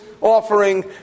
offering